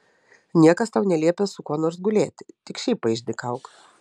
niekas tau neliepia su kuo nors gulėti tik šiaip paišdykauk